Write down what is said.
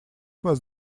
was